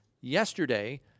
yesterday